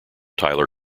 tyler